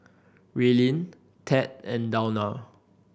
Raelynn Tad and Dawna